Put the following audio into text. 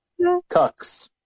cucks